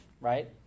right